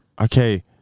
Okay